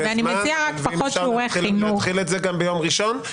אם אפשר להתחיל את זה גם ביום ראשון.